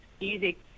music